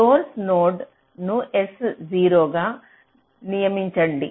source node ను s0 గా నియమించండి